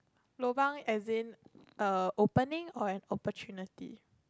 lobang as in uh opening or opportunity